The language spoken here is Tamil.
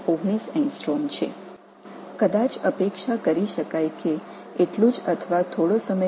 இது நொதியின் முற்றிலும் குறைக்கப்பட்ட வடிவமாகும் மீண்டும் இரும்பு காப்பர் தூரம் 5